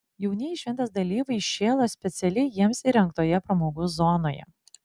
jaunieji šventės dalyviai šėlo specialiai jiems įrengtoje pramogų zonoje